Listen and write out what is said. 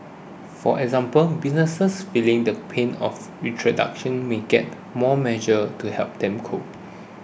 for example businesses feeling the pain of restructuring may get more measures to help them cope